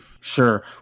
Sure